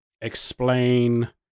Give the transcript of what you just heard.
explain